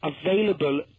available